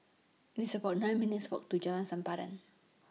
It's about nine minutes' Walk to Jalan Sempadan